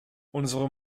unsere